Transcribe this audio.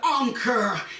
anchor